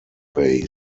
base